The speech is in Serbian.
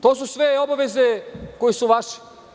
To su sve obaveze koje su vaše.